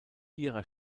ihrer